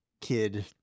kid